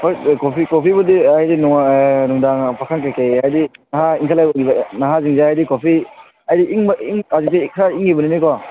ꯍꯣꯏ ꯀꯣꯐꯤ ꯀꯣꯐꯤꯕꯨꯗꯤ ꯍꯥꯏꯗꯤ ꯅꯨꯡꯗꯥꯡ ꯄꯥꯈꯪ ꯀꯩꯀꯩ ꯍꯥꯏꯗꯤ ꯅꯍꯥ ꯏꯟꯈꯠꯂꯛꯂꯤꯕ ꯅꯍꯥꯁꯤꯡꯁꯦ ꯍꯥꯏꯗꯤ ꯀꯣꯐꯤ ꯍꯧꯖꯤꯛꯇꯤ ꯈꯔ ꯏꯪꯉꯤꯕꯅꯤꯅꯀꯣ